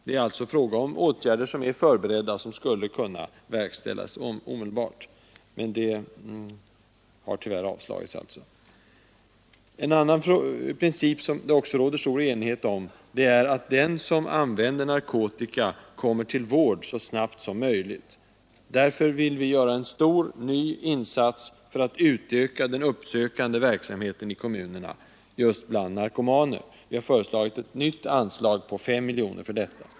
Det är fråga om förberedda åtgärder, som skulle kunna verkställas omedelbart men som alltså tyvärr inte kommer till stånd. En annan princip som det också råder stor enighet om är att den som använder narkotika skall komma till vård så snabbt som möjligt. Därför vill vi göra stora, nya insatser för att utöka den uppsökande verksam heten i kommunerna just bland narkomaner. Vi har föreslagit ett nytt anslag på 5 miljoner för detta.